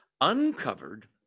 uncovered